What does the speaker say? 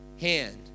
hand